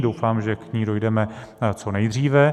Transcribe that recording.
Doufám, že k ní dojdeme co nejdříve.